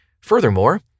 furthermore